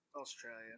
Australia